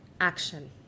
action